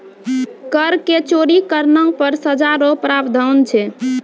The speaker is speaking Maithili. कर के चोरी करना पर सजा रो प्रावधान छै